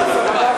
זה לא מקובל.